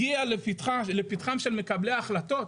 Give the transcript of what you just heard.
הגיעה לפתחם של מקבלי ההחלטות,